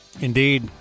Indeed